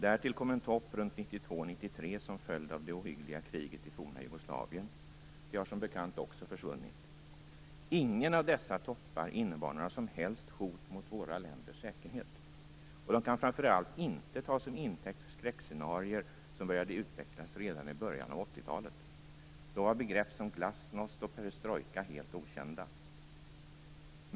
Därtill kom en topp runt Jugoslavien. Den har som bekant också försvunnit. Ingen av dessa toppar innebar några som helst hot mot våra länders säkerhet. De kan framför allt inte tas som intäkt för de skräckscenarier som började utvecklas redan i början av 80-talet. Då var begrepp som glasnost och perestrojka helt okända.